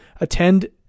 attend